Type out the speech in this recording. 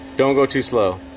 don't go too slow